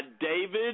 David